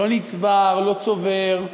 לא נצבר, לא צובר,